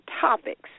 Topics